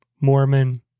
Mormon